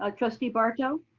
um trustee barto.